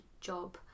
job